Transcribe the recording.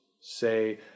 say